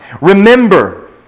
Remember